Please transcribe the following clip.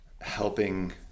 helping